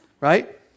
Right